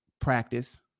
practice